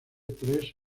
tres